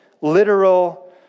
literal